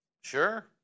Sure